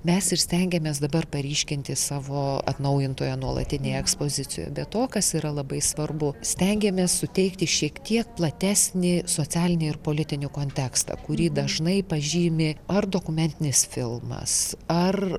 mes ir stengiamės dabar paryškinti savo atnaujintoje nuolatinėje ekspozicijoj be to kas yra labai svarbu stengiamės suteikti šiek tiek platesnį socialinį ir politinį kontekstą kurį dažnai pažymi ar dokumentinis filmas ar